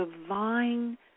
divine